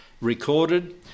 recorded